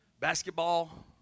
Basketball